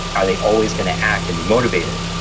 are they always going to act and be motivated?